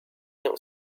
not